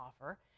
offer